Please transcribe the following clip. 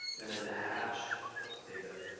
and then the hash of the data